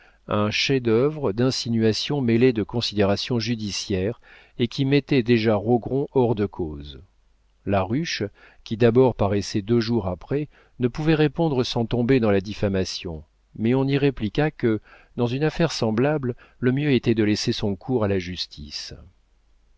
un chef-d'œuvre d'insinuations mêlées de considérations judiciaires et qui mettait déjà rogron hors de cause la ruche qui d'abord paraissait deux jours après ne pouvait répondre sans tomber dans la diffamation mais on y répliqua que dans une affaire semblable le mieux était de laisser son cours à la justice